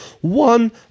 one